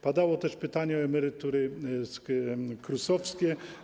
Padło też pytanie o emerytury KRUS-owskie.